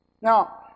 Now